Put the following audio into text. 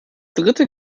dritte